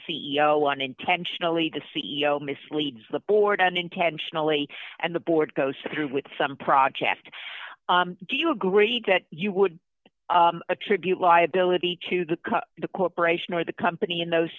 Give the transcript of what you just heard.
o unintentionally the c e o misleads the board unintentionally and the board goes through with some project do you agree that you would attribute liability to the cut the corporation or the company in those